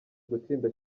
gutsinda